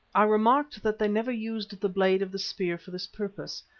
i remarked that they never used the blade of the spear for this purpose,